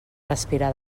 respirar